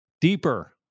deeper